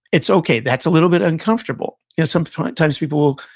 it's okay, that's a little bit uncomfortable. yeah some times, people will,